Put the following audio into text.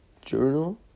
journal